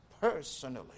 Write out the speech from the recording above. personally